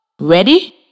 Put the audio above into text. Ready